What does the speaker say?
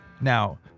Now